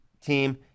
team